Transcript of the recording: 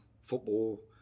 football